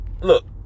Look